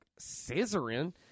scissoring